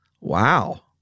Wow